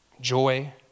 joy